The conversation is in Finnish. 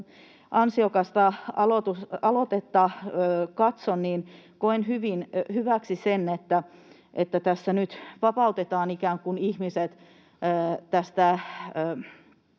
ansiokasta aloitetta katson, niin koen hyvin hyväksi sen, että tässä nyt vapautetaan ihmiset tästä